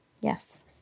Yes